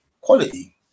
quality